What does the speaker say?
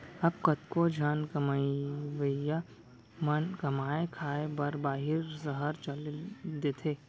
अब कतको झन कमवइया मन कमाए खाए बर बाहिर सहर चल देथे